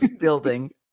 building